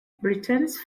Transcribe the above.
britons